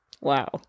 wow